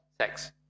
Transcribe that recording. sex